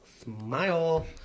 Smile